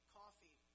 coffee